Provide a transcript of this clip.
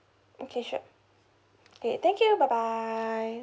okay sure okay thank you bye bye